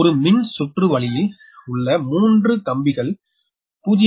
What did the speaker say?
ஒரு மின் சுற்றுவலியில் உள்ள 3 கம்பிகள் 0